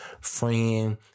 friend